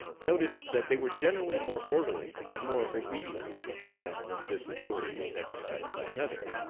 noticed that they were generally more orderly and more obedient than when this authority was exercised by another.